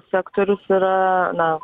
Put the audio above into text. sektorius yra na